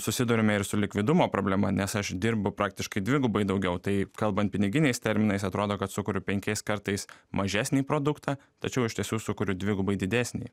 susiduriame ir su likvidumo problema nes aš dirbu praktiškai dvigubai daugiau tai kalbant piniginiais terminais atrodo kad sukuriu penkiais kartais mažesnį produktą tačiau iš tiesų sukuriu dvigubai didesnį